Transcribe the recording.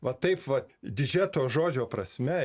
va taip vat didžia to žodžio prasme